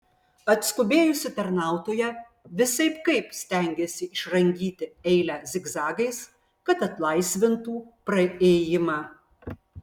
atskubėjusi tarnautoja visaip kaip stengėsi išrangyti eilę zigzagais kad atlaisvintų praėjimą